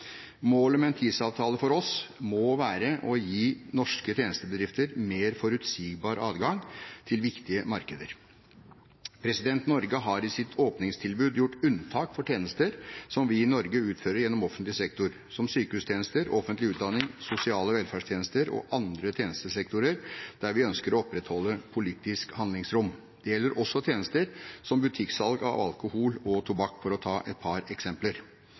Målet med en TISA-avtale for oss må være å gi norske tjenestebedrifter mer forutsigbar adgang til viktige markeder. Norge har i sitt åpningstilbud gjort unntak for tjenester som vi i Norge utfører gjennom offentlig sektor, som sykehustjenester, offentlig utdanning, sosiale velferdstjenester og andre tjenestesektorer der vi ønsker å opprettholde politisk handlingsrom. Det gjelder også tjenester som butikksalg av alkohol og tobakk, for å ta et par eksempler.